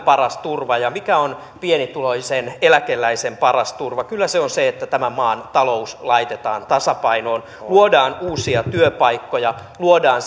paras turva ja mikä on pienituloisen eläkeläisen paras turva kyllä se on se että tämän maan talous laitetaan tasapainoon luodaan uusia työpaikkoja luodaan